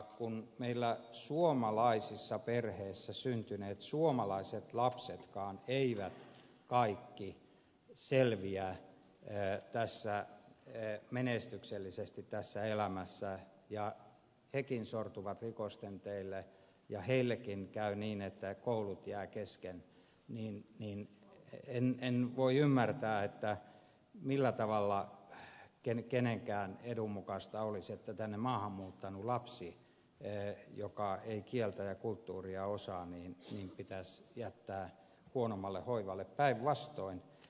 kun meillä suomalaisissa perheissä syntyneet suomalaisetkaan lapset eivät kaikki selviä menestyksellisesti tässä elämässä ja hekin sortuvat rikosten teille ja heillekin käy niin että koulut jäävät kesken niin en voi ymmärtää millä tavalla kenenkään edun mukaista olisi että tänne maahan muuttanut lapsi joka ei kieltä eikä kulttuuria osaa pitäisi jättää huonommalle hoivalle päinvastoin